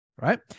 right